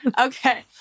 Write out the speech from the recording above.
Okay